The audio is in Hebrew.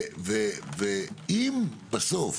בסוף